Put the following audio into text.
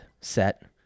set